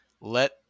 Let